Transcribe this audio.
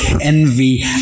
envy